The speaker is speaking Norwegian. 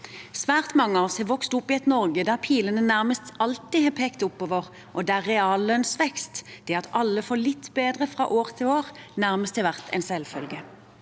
Svært mange av oss har vokst opp i et Norge der pilene nærmest alltid har pekt oppover, og der reallønnsvekst – det at alle får det litt bedre fra år til år – nærmest har vært en selvfølge.